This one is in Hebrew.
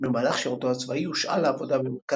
במהלך שירותו הצבאי הושאל לעבודה במרכז